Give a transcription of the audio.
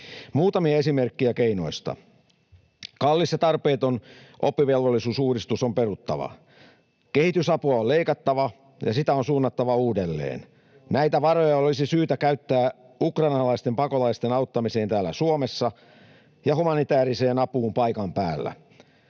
Muutamia esimerkkejä keinoista: Kallis ja tarpeeton oppivelvollisuusuudistus on peruttava. Kehitysapua on leikattava ja sitä on suunnattava uudelleen. Näitä varoja olisi syytä käyttää ukrainalaisten pakolaisten auttamiseen täällä Suomessa ja humanitääriseen apuun paikan päällä.